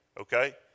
okay